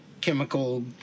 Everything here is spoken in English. chemical—